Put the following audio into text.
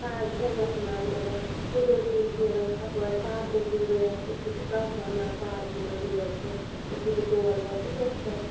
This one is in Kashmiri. پہاڑ جنگلَس منٛز مطلب کُلیو کِنۍ پھیٖرٕس ہُپٲرۍ پارکو کِنۍ گٔیس یِتھُے بہٕ کونسر ناگ پارکہِ منٛز گٔیس بہٕ یِتھُے بہٕ تور وٲژٕس مے ہَسا